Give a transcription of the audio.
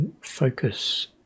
focus